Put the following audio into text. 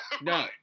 no